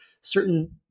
certain